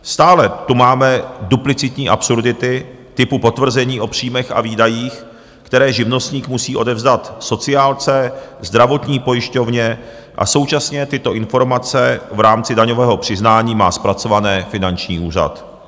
Stále tu máme duplicitní absurdity typu potvrzení o příjmech a výdajích, které živnostník musí odevzdat sociálce, zdravotní pojišťovně a současně tyto informace v rámci daňového přiznání má zpracované finanční úřad.